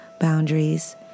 boundaries